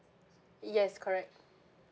yes correct